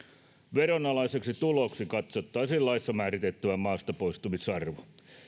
veronalaiseksi tuloksi katsottaisiin laissa määritettävä maastapoistumisarvo